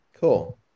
cool